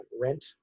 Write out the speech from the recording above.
rent